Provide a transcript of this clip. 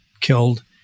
killed